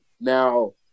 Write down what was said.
Now